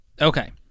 Okay